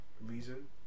reason